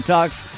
Talks